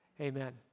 Amen